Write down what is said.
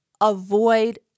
avoid